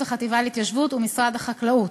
החטיבה להתיישבות הוא משרד החקלאות.